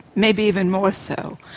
maybe even more so.